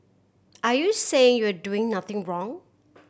are you saying you're doing nothing wrong